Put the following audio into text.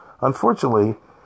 Unfortunately